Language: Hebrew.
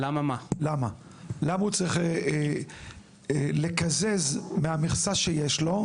למה הוא צריך לקזז מהמכסה שיש לו?